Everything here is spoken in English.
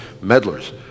meddlers